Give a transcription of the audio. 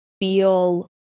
feel